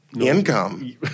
Income